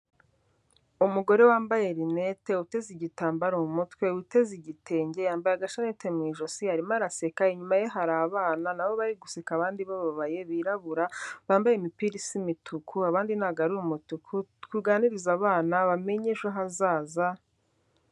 Umugore wambaye rinete, uteze igitambaro mu mutwe, uteze igitenge, yambaye agashaneti mu ijosi arimo araseka, inyuma ye hari abana na bo bari guseka abandi bababaye birabura, bambaye imipira isa imituku abandi ntago ari umutuku tuganiriza abana bamenye ejo hazaza.